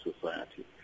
society